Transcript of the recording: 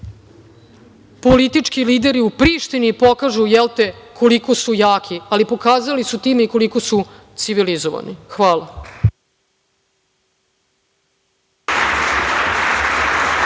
politički lideri, u Prištini pokažu, jel te, koliko su jaki, ali pokazali su time i koliko su civilizovani. Hvala.